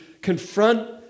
confront